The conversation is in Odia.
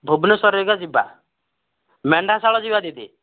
ଭୁବନେଶ୍ୱରରେ ଏକା ଯିବା ମେଣ୍ଢାଶାଳ ଯିବା ଦିଦି